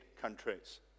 countries